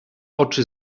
oczy